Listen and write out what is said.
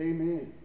Amen